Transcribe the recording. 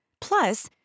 Plus